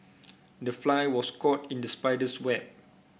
the fly was caught in the spider's web